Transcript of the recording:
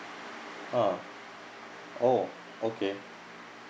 ah oh okay